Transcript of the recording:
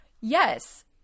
yes